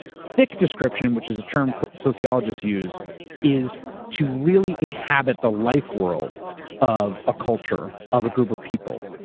thick description, which is a term sociologists use is to really inhabit the life-world of a culture, of a group of people,